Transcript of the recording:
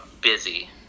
busy